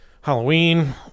Halloween